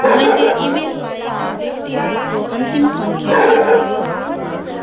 मैले इमेल पाएका व्यक्तिहरूको अन्तिम सङ्ख्या के थियो